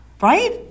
right